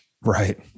Right